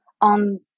on